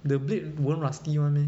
the blade won't rusty [one] meh